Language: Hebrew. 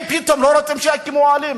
הם פתאום לא רוצים שיקימו אוהלים.